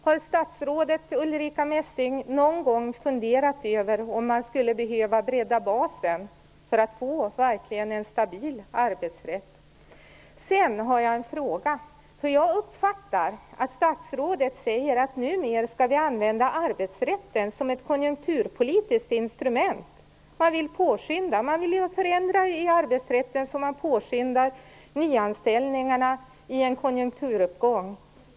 Har statsrådet Ulrica Messing någon gång funderat över om man skulle behöva bredda basen för att verkligen få en stabil arbetsrätt? Så till en annan fråga. Jag uppfattar att statsrådet säger att vi numera skall använda arbetsrätten som ett konjunkturpolitiskt instrument. Man vill påskynda, man vill förändra i arbetsrätten som man påskyndar nyanställningarna i en konjunkturuppgång.